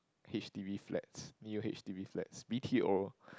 H_D_B flats new H_D_B flats B_T_O